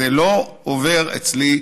זה לא עובר אצלי,